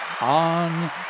on